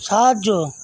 সাহায্য